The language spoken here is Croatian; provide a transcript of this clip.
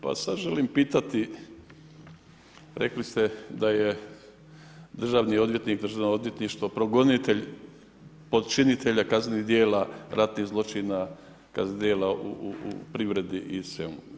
Pa vas želim pitati, rekli ste da je državni odvjetnik, državno odvjetništvo progonitelj počinitelja kaznenih djela ratnih zločina djela u privredi i svemu.